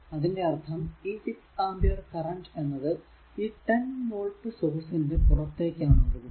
അതിന്റെ അർഥം ഈ 6 ആംപിയർ കറന്റ് എന്നത് ഈ 10 വോൾട് സോഴ്സ് ന്റെ പുറത്തേക്കാണ് ഒഴുകുന്നത്